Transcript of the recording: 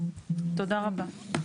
תודה רבה.